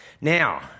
Now